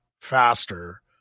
faster